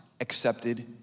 accepted